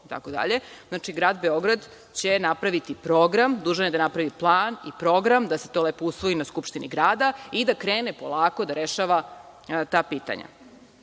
znači, Grad Beograd će napraviti program, dužan je da napravi plan i program i da se to lepo usvoji na Skupštini grada i da krene polako da rešava ta pitanja. Drugo,